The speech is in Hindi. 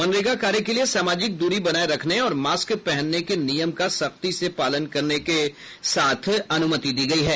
मनरेगा कार्य के लिए सामाजिक दूरी बनाये रखने और मास्क पहनने के नियम का सख्ती से पालन करने के साथ अनुमति दी गई है